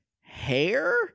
hair